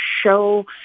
show